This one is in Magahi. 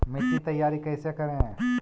मिट्टी तैयारी कैसे करें?